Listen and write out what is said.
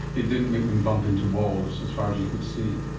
it didn't make them bump into walls as far as you could see?